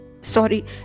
Sorry